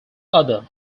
other